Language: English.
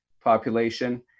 population